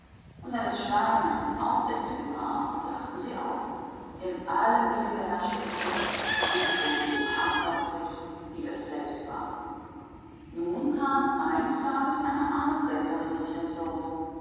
und wenn es mit steinen nach den aussätzigen warf so lachten sie auch und in allen dingen herrschte es über sie und sie wurden hartherzig so wie es selbst nun kam eines tages eine arme bettelfrau durch das dorf